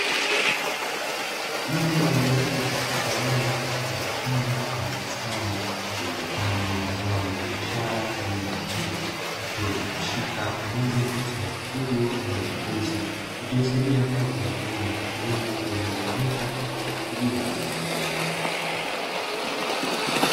Mtu aliyepo katika eneo mfano wa shamba ama bustani lililopandwa mazao ya biashara aina ya mahindi akiwa amemshika moja kati ya mifugo aina ya mbuzi, ikiashiria kuwa ni eneo maalumu linalotumika kwa ajili ya kilimo na ufugaji.